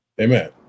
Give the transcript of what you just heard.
Amen